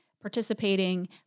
participating